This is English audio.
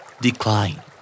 Decline